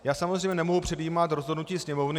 Já samozřejmě nemohu předjímat rozhodnutí Sněmovny.